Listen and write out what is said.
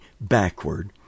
backward